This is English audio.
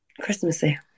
Christmassy